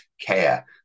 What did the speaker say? care